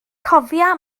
cofia